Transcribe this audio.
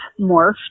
morphed